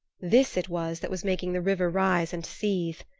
this it was that was making the river rise and seethe.